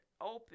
open